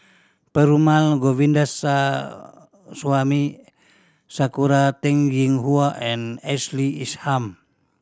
Perumal Govindaswamy Sakura Teng Ying Hua and Ashley Isham